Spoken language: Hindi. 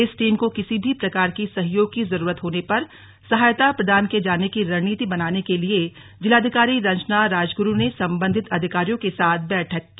इस टीम को किसी भी प्रकार की सहयोग की जरूरत होने पर सहायता प्रदान किये जाने की रणनीति बनाने के लिए जिलाधिकारी रंजना राजगुरु ने सम्बन्धित अधिकारियों के साथ बैठक की